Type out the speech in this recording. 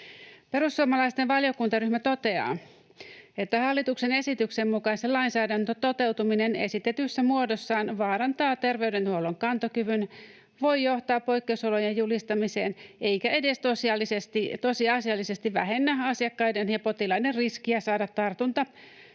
Perussuomalaisten valiokuntaryhmä toteaa, että hallituksen esityksen mukaisen lainsäädännön toteutuminen esitetyssä muodossaan vaarantaa terveydenhuollon kantokyvyn, voi johtaa poikkeusolojen julistamiseen eikä edes tosiasiallisesti vähennä asiakkaiden ja potilaiden riskiä saada tartunta